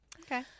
okay